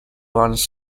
runs